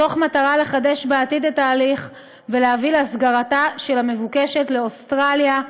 במטרה לחדש בעתיד את ההליך ולהביא להסגרתה של המבוקשת לאוסטרליה,